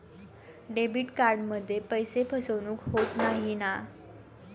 Debit कार्डमध्ये पैसे फसवणूक होत नाही ना?